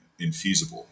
infeasible